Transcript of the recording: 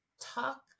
Talk